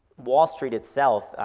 wall street itself,